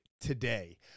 today